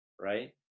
right